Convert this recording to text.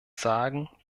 sagen